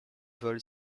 vol